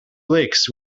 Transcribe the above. lakes